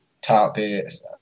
topics